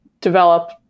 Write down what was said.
develop